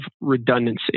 redundancy